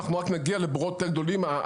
אנחנו נגיע לבורות יותר גדולים,